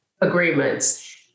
agreements